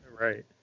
Right